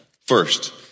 First